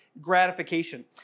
gratification